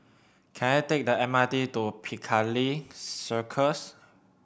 can I take the M R T to Piccadilly Circus